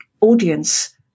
audience